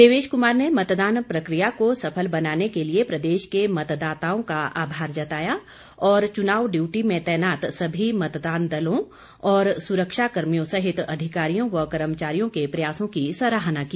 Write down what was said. देवेश कुमार ने मतदान प्रक्रिया को सफल बनाने के लिए प्रदेश के मतदाताओं का आभार जताया और चुनाव डयूटी में तैनात सभी मतदान दलों सुरक्षा कर्मियों सहित अधिकारियों व कर्मचारियों के प्रयासों की सराहना की